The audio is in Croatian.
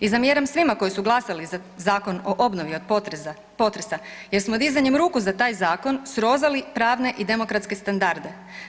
I zamjeram svima koji su glasali za Zakon o obnovi od potresa jer smo dizanjem ruku za taj zakon srozali pravne i demokratske standarde.